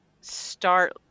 start